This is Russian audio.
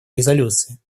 резолюции